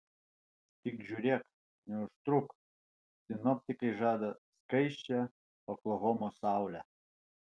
tik žiūrėk neužtruk sinoptikai žada skaisčią oklahomos saulę